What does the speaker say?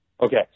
Okay